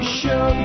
show